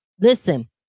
Listen